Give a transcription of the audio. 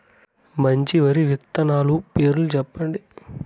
మంచి వరి విత్తనాలు పేర్లు చెప్పండి?